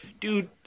dude